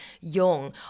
young